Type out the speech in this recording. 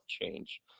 change